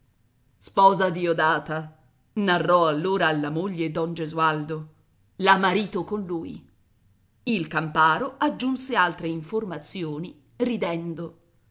sposa diodata narrò allora alla moglie don gesualdo la marito con lui il camparo aggiunse altre informazioni ridendo